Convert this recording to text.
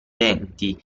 denti